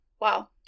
Wow